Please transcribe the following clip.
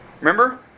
remember